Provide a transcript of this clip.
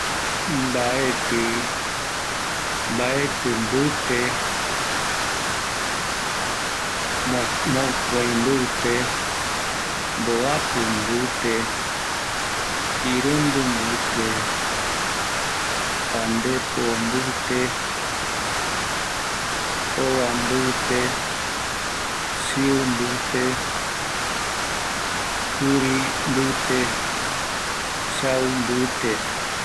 Mbaetɨ, mopetɨ mbɨte, mokoi mbɨte, mboapɨ mbɨte irundɨ mbɨte mandepo mbɨte, ova mbɨte, chiu mbɨte, juri mbɨte chau mbɨte